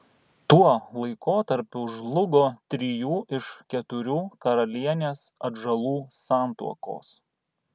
tuo laikotarpiu žlugo trijų iš keturių karalienės atžalų santuokos